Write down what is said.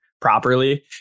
properly